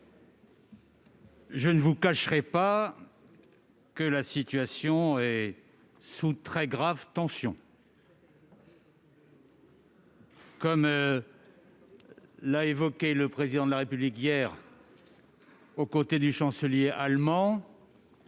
je ne vous cacherai pas que la situation est sous très grave tension. Comme l'a dit le Président de la République hier aux côtés du Chancelier allemand,